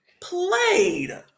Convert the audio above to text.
played